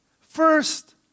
First